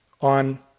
on